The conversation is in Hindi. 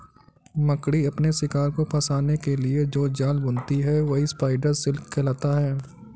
मकड़ी अपने शिकार को फंसाने के लिए जो जाल बुनती है वही स्पाइडर सिल्क कहलाता है